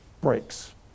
breaks